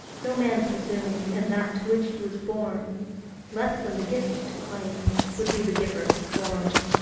no man presumes in that to which he was born less than the gift to claim, would be the giver to scorn.